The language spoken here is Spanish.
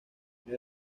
era